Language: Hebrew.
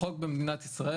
החוק במדינת ישראל,